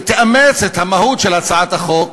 תאמץ את המהות של הצעת החוק,